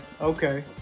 Okay